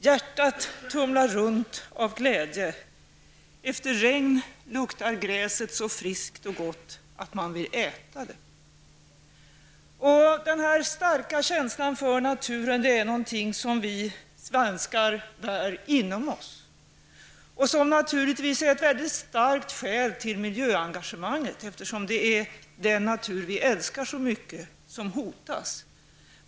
Hjärtat tumlar runt av glädje. Efter regn luktar gräset så frikst och gott att man vill äta det. Den här starka känslan för naturen är någonting som vi svenskar bär inom oss och som naturligtvis är ett världigt starkt skäl till miljöengagemanget, eftersom det är den natur vi älskar så mycket som hotas.